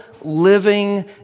living